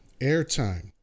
airtime